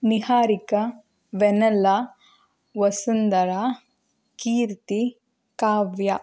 Niharika Vennela Vasundhara Keerthi Kavya